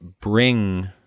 bring –